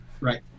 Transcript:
Right